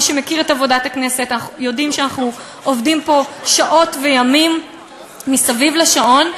מי שמכיר את עבודת הכנסת יודע שאנחנו עובדים פה שעות וימים מסביב לשעון,